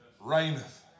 reigneth